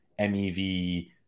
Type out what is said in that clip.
MEV